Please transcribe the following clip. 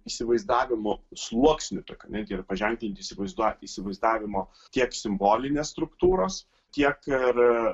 įsivaizdavimo sluoksniu tokiu jie paženklinti įsivaizduoti įsivaizdavimo tiek simbolinės struktūros tiek ir